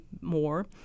more